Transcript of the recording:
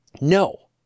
No